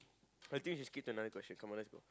I think should skip to another question come on let's go